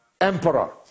emperor